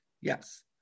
Yes